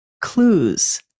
clues